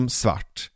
svart